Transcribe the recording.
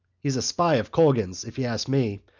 he's a spy of colgan's, if you ask me.